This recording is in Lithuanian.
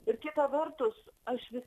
ir kita vertus aš vis